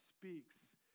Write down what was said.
speaks